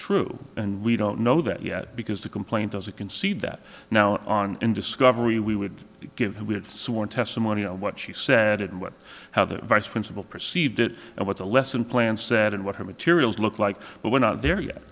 true and we don't know that yet because the complaint doesn't concede that now on in discovery we would be given we had sworn testimony on what she said and what how the vice principal perceived it and what the lesson plan said and what her materials look like but we're not there yet